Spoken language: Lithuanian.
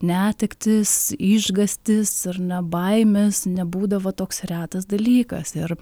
netektys išgąstis ar ne baimės nebūdavo toks retas dalykas ir